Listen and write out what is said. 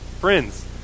Friends